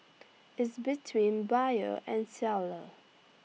is between buyer and seller